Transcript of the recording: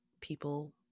people